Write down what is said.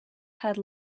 had